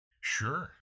Sure